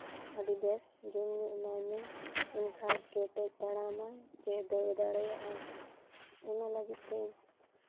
ᱟᱹᱰᱤ ᱵᱮᱥ ᱡᱚᱢᱼᱧᱩ ᱮᱢᱟᱭ ᱢᱮ ᱮᱱᱠᱷᱟᱡ ᱠᱮᱴᱮᱡ ᱛᱟᱲᱟᱢᱟᱭ ᱪᱮ ᱫᱟᱹᱲ ᱫᱟᱲᱮᱭᱟᱜ ᱟᱭ ᱚᱱᱟ ᱞᱟᱹᱜᱤᱫ ᱛᱮ